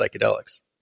psychedelics